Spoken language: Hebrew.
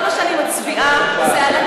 כל מה שאני מצביעה זה על,